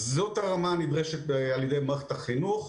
זאת הרמה הנדרשת על-ידי מערכת החינוך,